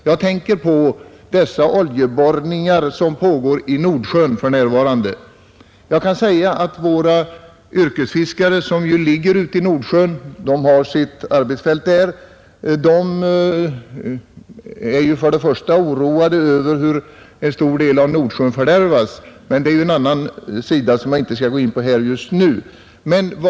Jag tänker på de oljeborrningar som för närvarande pågår i Nordsjön. Våra yrkesfiskare, som ligger ute på fiske i dessa vatten, är oroade över hur en stor del av Nordsjön fördärvas som fiskevatten, men det är en sak som jag inte skall gå in på här just nu.